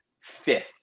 fifth